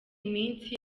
minsi